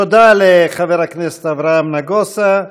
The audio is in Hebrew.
תודה לחבר הכנסת אברהם נגוסה.